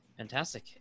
Fantastic